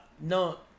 No